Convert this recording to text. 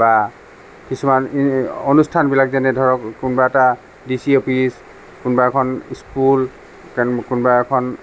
বা কিছুমান অনুষ্ঠান বিলাক যেনে ধৰক কোনোবা এটা ডিচি অফিচ কোনোবা এখন স্কুল কোনোবা এখন